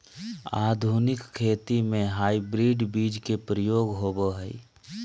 आधुनिक खेती में हाइब्रिड बीज के प्रयोग होबो हइ